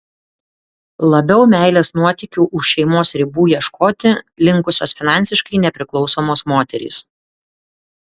labiau meilės nuotykių už šeimos ribų ieškoti linkusios finansiškai nepriklausomos moterys